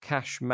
Cash